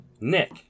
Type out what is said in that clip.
Nick